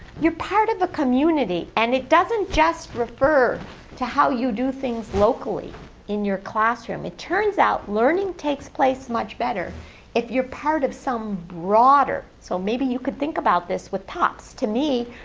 you're part of a community, and it doesn't just refer to how you do things locally in your classroom. it turns out learning takes place much better if you're part of some broader. so maybe you could think about this. with topss, to me,